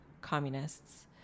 communists